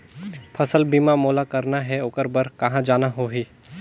फसल बीमा मोला करना हे ओकर बार कहा जाना होही?